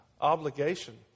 obligation